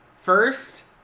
First